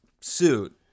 suit